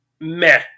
meh